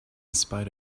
spite